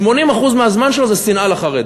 80% מהזמן שלו זה שנאה לחרדים.